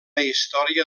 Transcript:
història